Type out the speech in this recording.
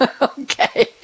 Okay